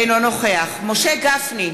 אינו נוכח משה גפני,